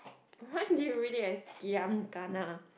why did you read it as giam kana